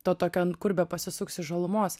to tokio kur bepasisuksi žalumos